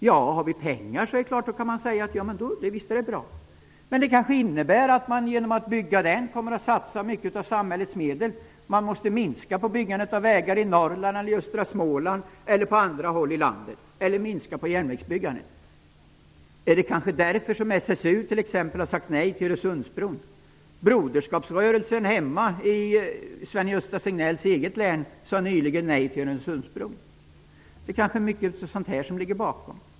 Om det finns pengar kan man säga att det är bra, men en satsning av samhällets medel på detta innebär kanske att man måste minska samhällets byggande av vägar i Norrland, i östra Småland eller på andra håll i landet, kanske t.ex. på järnvägsbyggandet. Är det kanske därför som SSU har sagt nej till Gösta Signells hemlän sade nyligen nej till Öresundsbron. Kanske är det sådant här som ligger bakom detta.